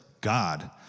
God